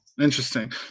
interesting